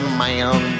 man